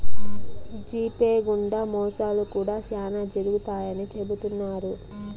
GPay గుండా మోసాలు కూడా శ్యానా జరుగుతాయని చెబుతున్నారు